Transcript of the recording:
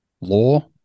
law